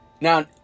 Now